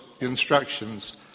instructions